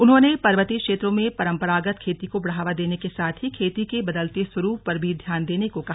उन्होंने पर्वतीय क्षेत्रों में परम्परागत खेती को बढ़ावा देने के साथ खेती के बदलते स्वरूप पर भी ध्यान देने को कहा